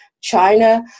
China